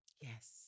Yes